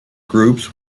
groups